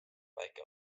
väike